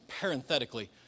parenthetically